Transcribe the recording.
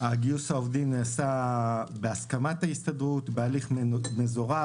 גיוס העובדים נעשה בהסכמת ההסתדרות בהליך מזורז,